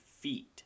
feet